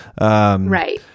Right